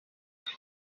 kuko